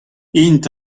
int